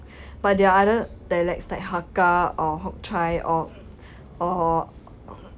but there are other dialects like hakka or hock chye or or